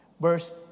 verse